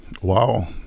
wow